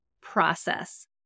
process